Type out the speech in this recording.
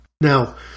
Now